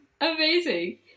Amazing